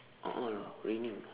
a'ah lah raining